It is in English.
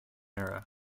era